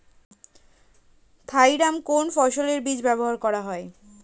Thiram কোন ফসলের বীজে ব্যবহার করা হয়?